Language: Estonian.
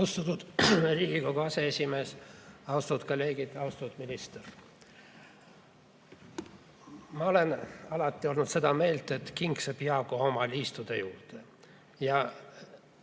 Austatud Riigikogu aseesimees! Austatud kolleegid! Austatud minister! Ma olen alati olnud seda meelt, et kingsepp jäägu oma liistude juurde.